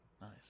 Nice